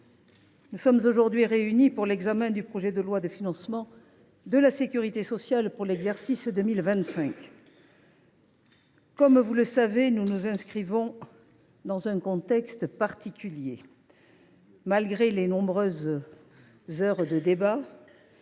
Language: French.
nous sommes aujourd’hui réunis pour l’examen du projet de loi de financement de la sécurité sociale (PLFSS) pour 2025. Comme vous le savez, nous nous inscrivons dans un contexte particulier. Malgré de nombreuses heures de débats,